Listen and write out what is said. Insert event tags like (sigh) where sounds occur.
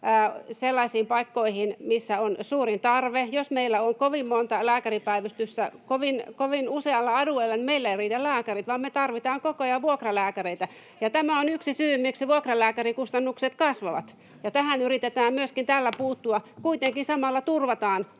sellaisiin paikkoihin, missä on suuri tarve. Jos meillä on kovin monta lääkäripäivystystä kovin usealla alueella, niin meillä eivät riitä lääkärit, vaan me tarvitaan koko ajan vuokralääkäreitä. Tämä on yksi syy, miksi vuokralääkärikustannukset kasvavat, ja tähän yritetään myöskin täällä puuttua, (noise)